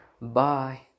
bye